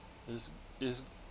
is is